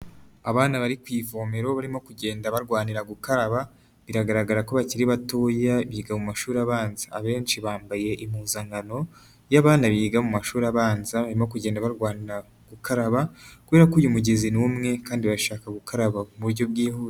Abana bari ku ivomero barimo kugenda barwanira gukaraba, biragaragara ko bakiri batoya biga mu mashuri abanza. Abenshi bambaye impuzankano y'abana biga mu mashuri abanza, barimo kugenda barwanira gukaraba kubera ko uyu mugezi ni umwe kandi bashaka gukaraba mu buryo bwihuse.